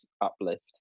uplift